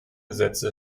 sätze